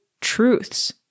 truths